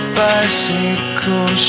bicycle